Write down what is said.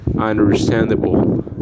understandable